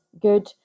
good